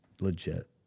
legit